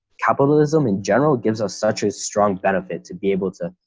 capitalism in general gives us such a strong benefit to be able to,